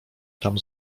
tam